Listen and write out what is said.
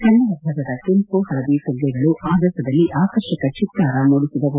ಕನ್ನಡ ಧ್ಲಜದ ಕೆಂಪು ಹಳದಿ ಪುಗ್ಗೆಗಳು ಆಗಸದಲ್ಲಿ ಆಕರ್ಷಕ ಚೆತ್ತಾರ ಮೂಡಿಸಿದವು